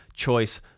choice